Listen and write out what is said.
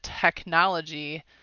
technology